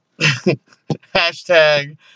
Hashtag